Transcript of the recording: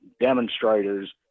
demonstrators